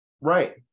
Right